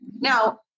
Now